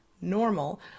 normal